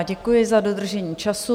Děkuji za dodržení času.